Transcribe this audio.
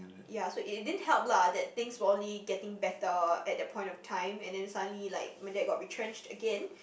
ya so it it didn't help lah that things were only getting better at that point of time and then suddenly like my dad got retrenched again